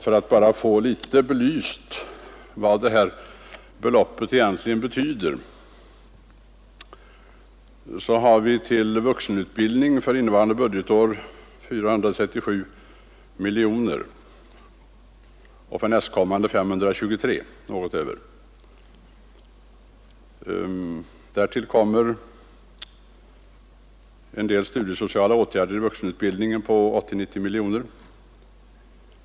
För att något belysa vad beloppet egentligen betyder vill jag jämföra det med att till vuxenutbildningen för innevarande budgetår har upptagits drygt 437 miljoner kronor och för nästkommande budgetår något över 523 miljoner. Därtill kommer kostnaderna för en del studiesociala åtgärder i vuxenutbildningen på 80-90 miljoner.